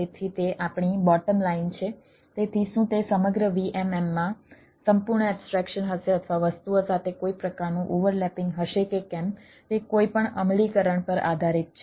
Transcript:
તેથી તે આપણી બોટમ લાઇન હશે કે કેમ તે કોઈપણ અમલીકરણ પર આધારિત છે